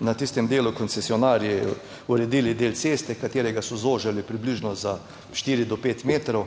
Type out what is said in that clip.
na tistem delu koncesionarji uredili del ceste, katerega so zožili približno za 4 do 5 metrov.